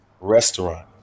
restaurant